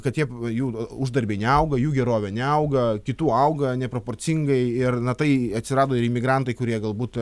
kad tiek jų uždarbiai neauga jų gerovė neauga kitų auga neproporcingai ir na tai atsirado ir imigrantai kurie galbūt